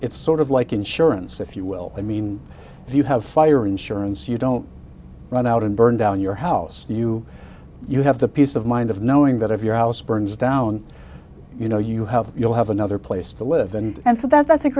it's sort of like insurance if you will i mean if you have fire insurance you don't run out and burn down your house you you have the peace of mind of knowing that if your house burns down you know you have you'll have another place to live and and so